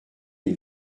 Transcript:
les